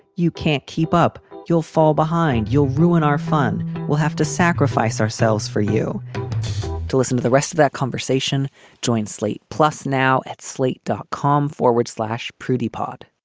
you can't keep up. you'll fall behind. you'll ruin our fun. we'll have to sacrifice ourselves for you to listen to the rest of that conversation joint slate plus now at slate, dot com forward slash prudy pod